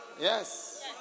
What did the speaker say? Yes